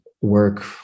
work